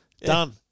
Done